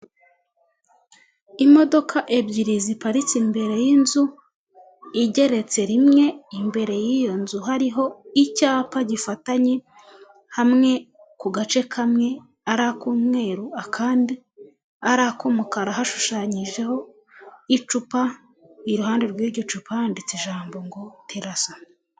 Imodoka ebyiri ziparitse imbere y'inzu igeretse rimwe, imbere y'iyo nzu hariho icyapa gifatanye, hamwe ku gace kamwe ari ak'umweru, akandi ari ak'umukara, hashushanyijeho icupa, iruhande rw'iryo cupa handitse ijambo ngo terasa.